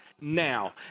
now